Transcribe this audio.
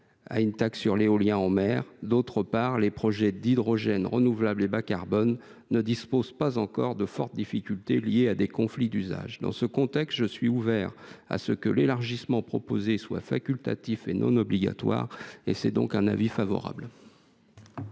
à la taxe sur les éoliennes maritimes ; d’autre part, les projets d’hydrogène renouvelable et bas carbone ne posent pas encore de fortes difficultés liées à des conflits d’usage. Dans ce contexte, je suis ouvert à ce que l’élargissement proposé soit facultatif, et non obligatoire : avis favorable.